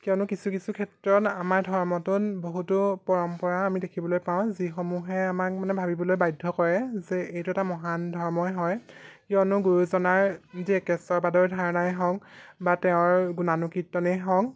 কিয়নো কিছু কিছু ক্ষেত্ৰত আমাৰ ধৰ্মটোত বহুতো পৰম্পৰা আমি দেখিবলৈ পাওঁ যিসমূহে আমাক মানে ভাবিবলৈ বাধ্য কৰে যে এইটো এটা মহান ধৰ্মই হয় কিয়নো গুৰুজনাৰ যি একেশ্বৰবাদৰ ধাৰণাই হওক বা তেওঁৰ গুণানুকীৰ্তনেই হওক